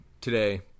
today